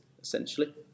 essentially